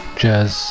jazz